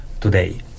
today